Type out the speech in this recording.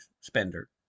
spender